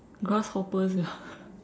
grasshoppers sia